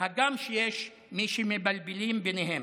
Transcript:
הגם שיש מי שמבלבלים ביניהם.